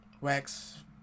Wax